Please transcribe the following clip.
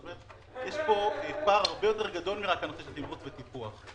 יש פה פער הרבה יותר גדול מאשר רק תמרוץ וטיפוח.